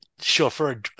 chauffeur